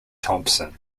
thompson